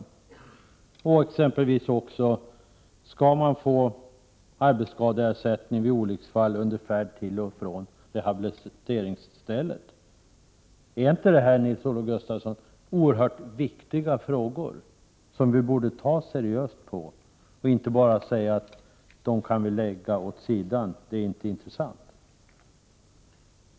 Skall man exempelvis också få arbetsskadeersättning vid olycksfall under färd till eller från rehabiliteringsstället? Nils-Olof Gustafsson, är inte detta oerhört viktiga frågor som vi borde ta seriöst på, i stället för att bara säga att vi kan lägga dem åt sidan, eftersom de inte är intressanta.